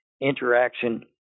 interaction